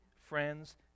friends